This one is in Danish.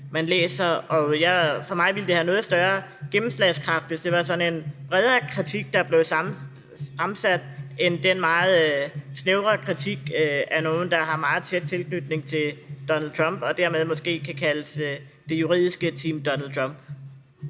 man læser, og for mig ville det have noget større gennemslagskraft, hvis det var sådan en bredere kritik, der blev fremsat, end den meget snævre kritik fremsat af nogen, der har meget tæt tilknytning til Donald Trump og dermed måske kan kaldes det juridiske Team Donald Trump.